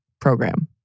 program